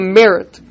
merit